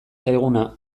zaiguna